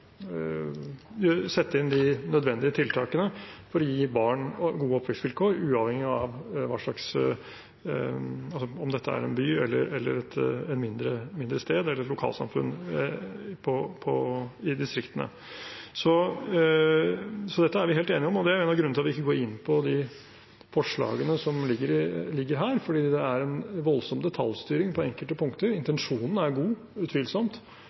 sette inn de nødvendige tiltakene for å gi barn gode oppvekstvilkår, uavhengig av om det er en by, et mindre sted eller et lokalsamfunn i distriktene. Så dette er vi helt enige om. Det er en av grunnene til at vi ikke går inn på de forslagene som ligger her, for det er en voldsom detaljstyring på enkelte punkter. Intensjonen er god, utvilsomt.